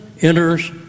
enters